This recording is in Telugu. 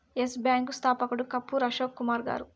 ఎస్ బ్యాంకు స్థాపకుడు కపూర్ అశోక్ కుమార్ గారు